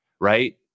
right